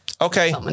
okay